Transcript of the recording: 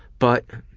but